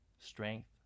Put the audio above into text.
strength